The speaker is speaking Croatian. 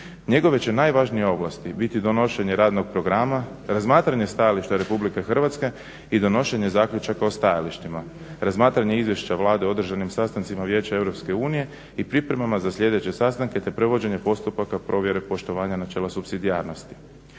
Njegove će najvažnije ovlasti biti donošenje radnog programa, razmatranja stajališta Republike Hrvatske i donošenje zaključaka o stajalištima, razmatranje izvješća Vlade o održanim sastancima vijeća Europske unije i pripremama za sljedeće sastanke te provođenje postupaka provjere poštovanja načela supsidijarnosti.